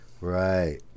Right